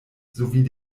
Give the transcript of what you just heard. sowie